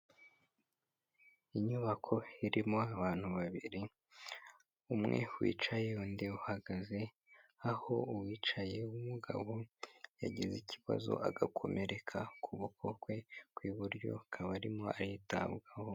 Inyubako irimo abantu babiri umwe wicaye undi uhagaze aho uwicaye w'umugabo yagize ikibazo agakomereka ukuboko kwe kw'iburyo akaba arimo aritabwaho.